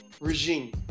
regime